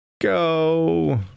Go